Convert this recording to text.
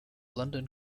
london